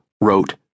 wrote